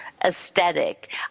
aesthetic